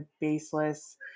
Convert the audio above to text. baseless